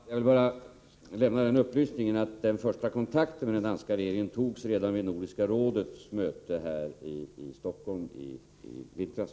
Herr talman! Jag vill lämna den upplysningen att den första kontakten med den danska regeringen förekom redan vid Nordiska rådets möte här i Stockholm i vintras.